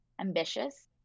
ambitious